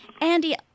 Andy